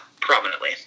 prominently